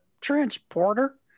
transporter